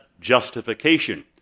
justification